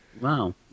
Wow